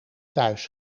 thuis